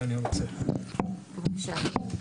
בבקשה.